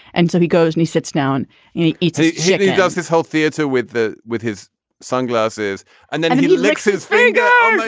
and so he goes and he sits down and he eats ah he does this whole theater with the with his sunglasses and then licks his finger